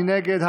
46, נגד,